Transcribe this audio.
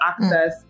access